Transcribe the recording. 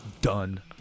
Done